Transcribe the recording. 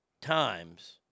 Times